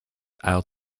out